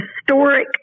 historic